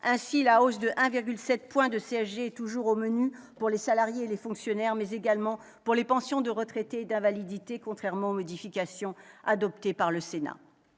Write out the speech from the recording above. Ainsi la hausse de 1,7 point de CSG est-elle toujours au menu pour les salariés et les fonctionnaires, mais également pour les retraités et les bénéficiaires de pension d'invalidité, contrairement aux modifications adoptées par le Sénat.